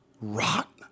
Rot